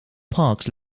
parks